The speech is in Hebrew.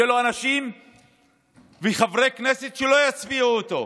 יהיו לו אנשים וחברי כנסת שלא יצביעו לו.